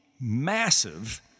massive